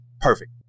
perfect